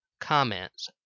Comments